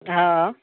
हँ